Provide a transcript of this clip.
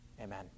amen